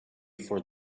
for